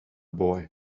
boy